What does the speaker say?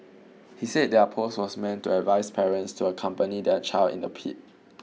he said their post was meant to advise parents to accompany their child in the pit